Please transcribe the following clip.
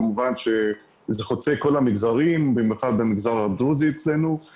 כמובן שהן חוצות את כל המגזרים במיוחד במגזר הדרוזי אצלנו.